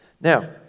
Now